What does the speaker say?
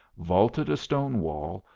vaulted a stone wall,